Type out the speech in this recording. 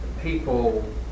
people